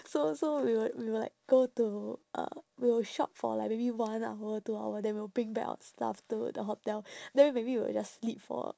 so so we will we will like go to uh we will shop for like maybe one hour two hour then we will bring back our stuff to the hotel then maybe we will just sleep for